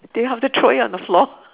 they have to throw it on the floor